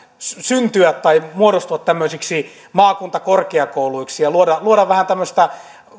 syntyä tai muodostua tämmöisiksi maakuntakorkeakouluiksi ja luoda luoda vähän tämmöistä